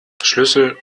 schlüssel